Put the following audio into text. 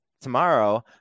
tomorrow